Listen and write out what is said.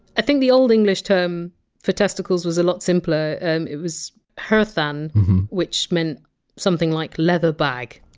i think the old english term for testicles was a lot simpler. and it was! hertan, which meant something like! leather bag.